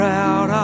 out